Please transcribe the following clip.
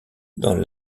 dans